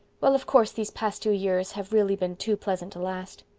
well, of course these past two years have really been too pleasant to last.